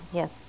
yes